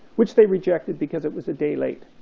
which they rejected because it was a day late.